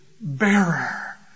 bearer